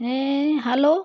ᱦᱮᱸ ᱦᱮᱞᱳ